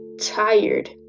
tired